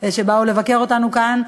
שבאו לבקר אותנו כאן,